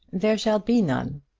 there shall be none!